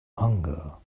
hunger